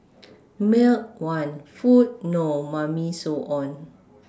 milk want food no Mummy so on